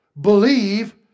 believe